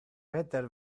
peter